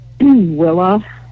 Willa